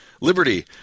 liberty